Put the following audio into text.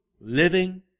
living